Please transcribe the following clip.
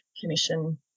Commission